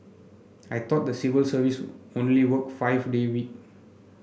I thought the civil service only work five day week